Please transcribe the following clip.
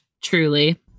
truly